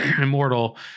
Immortal